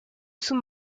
sous